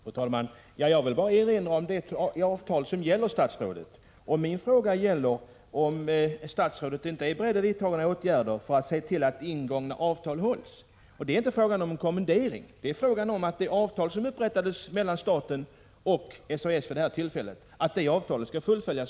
Fru talman! Jag vill bara erinra om det avtal som gäller, statsrådet. Min fråga avser om statsrådet inte är beredd att vidta åtgärder för att se till att ingångna avtal hålls. Det är inte fråga om kommendering utan om att det avtal som har upprättats mellan staten och SAS skall fullföljas.